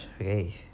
Okay